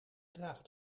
draagt